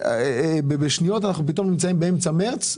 בשניות אנחנו נמצאים באמצע מרץ,